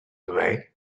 away